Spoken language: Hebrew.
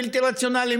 בלתי רציונליים,